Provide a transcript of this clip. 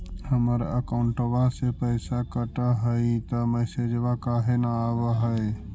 हमर अकौंटवा से पैसा कट हई त मैसेजवा काहे न आव है?